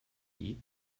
eat